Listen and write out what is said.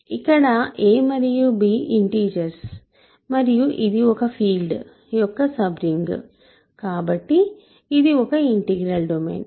ఇక్కడ a మరియు b integers మరియు ఇది ఒక ఫీల్డ్ యొక్క సబ్ రింగ్ కాబట్టి ఇది ఒక ఇంటిగ్రల్ డొమైన్